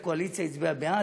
הקואליציה הצביעה בעד,